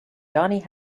donny